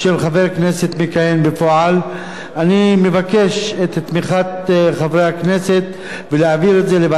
אני מבקש את תמיכת חברי הכנסת ולהעביר את זה לוועדת הכנסת להמשך חקיקה,